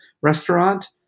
restaurant